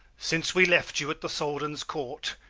since we left you at the soldan's court,